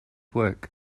work